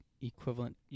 equivalent